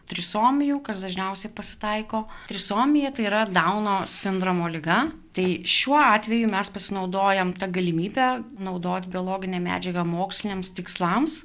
trisomijų kas dažniausiai pasitaiko trisomija tai yra dauno sindromo liga tai šiuo atveju mes pasinaudojam ta galimybe naudot biologinę medžiagą moksliniams tikslams